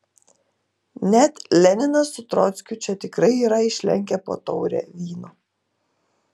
net leninas su trockiu čia tikrai yra išlenkę po taurę vyno